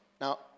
Now